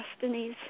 destinies